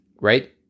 right